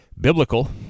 biblical